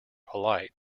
polite